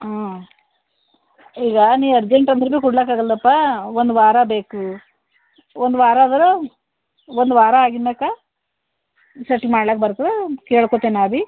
ಹಾಂ ಈಗ ನೀ ಅರ್ಜೆಂಟ್ ಅಂದರುನು ಕುಡ್ಲಕೆ ಆಗಲ್ಲಪ್ಪಾ ಒಂದು ವಾರ ಬೇಕು ಒಂದು ವಾರ ಆದ್ರು ಒಂದು ವಾರ ಆಗಿದ್ಮೇಕೆ ಸೆಟ್ ಮಾಡ್ಲಾಕೆ ಬರ್ತದೆ ಕೇಳಿಕೊಳ್ತೀನಾಬಿ